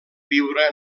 viure